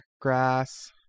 grass